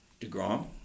DeGrom